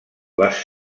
les